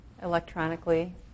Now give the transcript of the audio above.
electronically